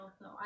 no